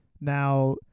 Now